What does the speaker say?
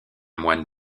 moine